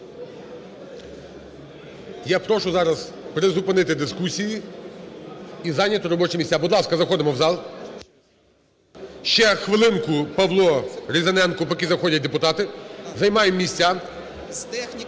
Я прошу зараз призупинити дискусії і зайняти робочі місця. Будь ласка, заходимо в зал. Ще хвилинку Павло Різаненко, поки заходять депутати. Займаємо місця.